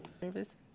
service